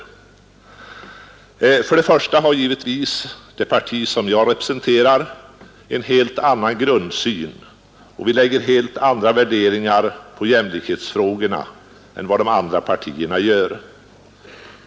Först och främst har naturligtvis det parti jag representerar en helt annan grundsyn, och vi lägger helt andra värderingar på jämlikhetsfrågorna än vad de andra partierna gör.